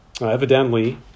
Evidently